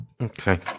Okay